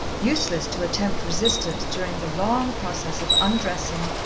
useless to attempt resistance during the long process of undressing,